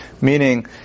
Meaning